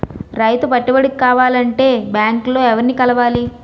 రైతు పెట్టుబడికి కావాలంటే బ్యాంక్ లో ఎవరిని కలవాలి?